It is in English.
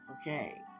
okay